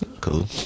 Cool